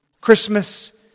Christmas